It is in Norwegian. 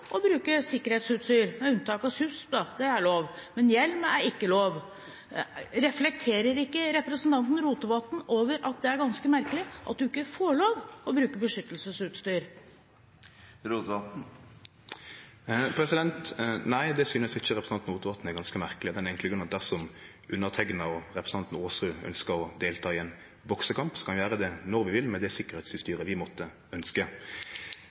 å bruke sikkerhetsutstyr, med unntak av susp, det er lov, men hjelm er ikke lov. Reflekterer ikke representanten Rotevatn over at det er ganske merkelig at man ikke får lov til å bruke beskyttelsesutstyr? Nei, det synest ikkje representanten Rotevatn er «ganske merkelig», av den enkle grunn at dersom underskrivne og representanten Aasrud ønskjer å delta i ein boksekamp, kan vi gjere det når vi vil med det sikkerheitsutstyret vi måtte